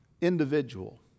individual